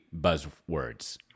buzzwords